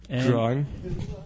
Drawing